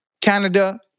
Canada